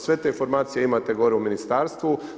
Sve te informacije imate gore u ministarstvu.